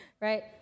right